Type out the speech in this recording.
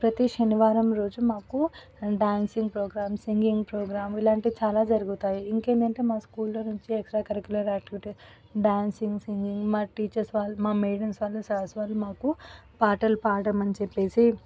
ప్రతి శనివారం రోజు మాకు డాన్సింగ్ ప్రోగ్రామ్స్ సింగింగ్ ప్రోగ్రాం ఇలాంటి చాలా జరుగుతాయి ఇంకేందటి అంటే మా స్కూల్లో నుంచి extra curricular activity dancing singing మా టీచర్స్ వాళ్ళు మా మేడమ్స్ వాళ్లు సార్స్ వాళ్ళు మాకు పాటలు పాడమని చెప్పేసి